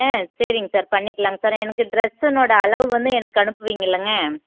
ஆ சரிங்க சார் பண்ணிக்கலாம்ங்க சார் எனக்கு ட்ரெஸ்ஸுனோட அளவு வந்து எனக்கு அனுப்புவிங்கல்லங்க